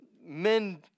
men